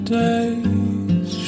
days